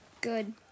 Good